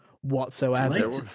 whatsoever